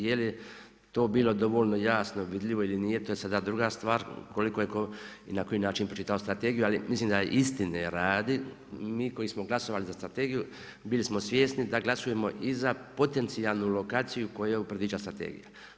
Je li to bilo dovoljno jasno, vidljivo ili nije, to je sada druga stvar koliko je tko i na koji način pročitao Strategiju ali mislim da istine radi mi koji smo glasovali za Strategiju bili smo svjesni da glasujemo i za potencijalnu lokaciju koju predviđa Strategija.